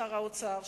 שר האוצר,